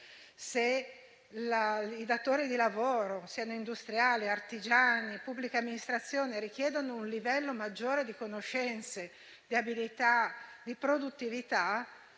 se il datore di lavoro - industriale, artigiano, pubblica amministrazione - richiede un livello maggiore di conoscenze, di abilità e di produttività,